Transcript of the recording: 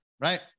Right